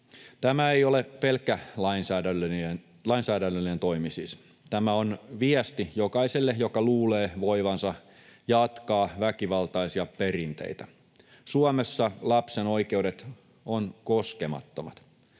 Tämä ei ole siis pelkkä lainsäädännöllinen toimi. Tämä on viesti jokaiselle, joka luulee voivansa jatkaa väkivaltaisia perinteitä. Suomessa lapsen oikeudet ovat koskemattomat.